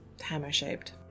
hammer-shaped